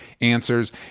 answers